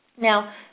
Now